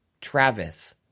Travis